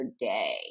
day